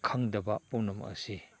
ꯈꯪꯗꯕ ꯄꯨꯝꯅꯃꯛ ꯑꯁꯤ